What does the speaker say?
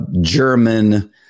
German